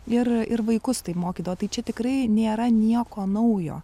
ir ir vaikus taip mokydavo tai čia tikrai nėra nieko naujo